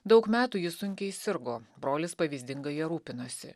daug metų ji sunkiai sirgo brolis pavyzdingai ja rūpinosi